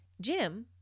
Jim